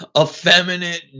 effeminate